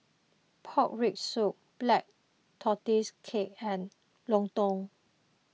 Pork Rib Soup Black Tortoise Cake and Lontong